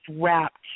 wrapped